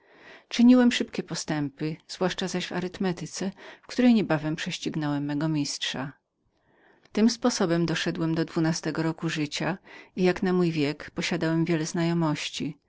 czyniłem szybkie postępy zwłaszcza zaś w artymetycearytmetyce w której niebawem prześcignąłem mego mistrza tym sposobem doszedłem dwunastego roku życia i jak na mój wiek posiadałem wiele wiadomości